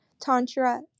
Tantra